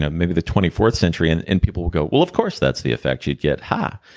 ah maybe the twenty fourth century, and and people will go, well, of course that's the effect you'd get. ha!